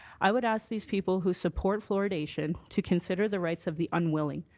i would ask these people who support fluoridation to consider the rights of the unwilling.